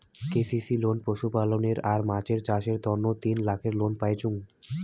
KCC loan পশুপালনে আর মাছ চাষের তন্ন তিন লাখের লোন পাইচুঙ